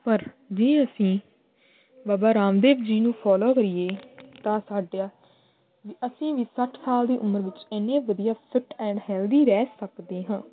ਪਰ ਜੇ ਅਸੀਂ ਬਾਬਾ ਰਾਮਦੇਵ ਜੀ ਨੂੰ ਫੋਲੋ ਕਰੀਏ ਤਾਂ ਸਾਡਾ ਅਸੀਂ ਵੀ ਸੱਠ ਸਾਲ ਦੀ ਉਮਰ ਵਿੱਚ ਇੰਨੇ ਵਧੀਆ ਫਿਟ ਐਂਡ ਹੈਲਦੀ ਰਹਿ ਸਕਦੇ ਹਾਂ